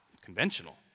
conventional